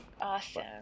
Awesome